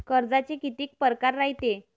कर्जाचे कितीक परकार रायते?